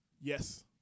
Yes